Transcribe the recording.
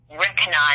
recognize